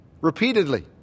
repeatedly